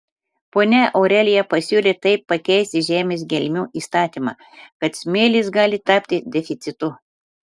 ponia aurelija pasiūlė taip pakeisti žemės gelmių įstatymą kad smėlis gali tapti deficitu